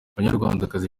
banyarwandakazi